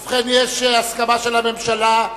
ובכן, יש הסכמה של הממשלה.